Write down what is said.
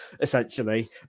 essentially